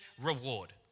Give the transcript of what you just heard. reward